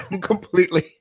completely